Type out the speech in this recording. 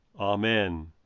Amen